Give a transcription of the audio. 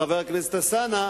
חבר הכנסת אלסאנע,